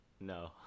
No